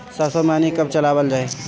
सरसो में पानी कब चलावल जाई?